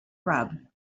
rub